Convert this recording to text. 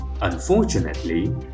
Unfortunately